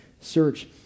search